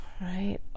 right